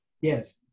Yes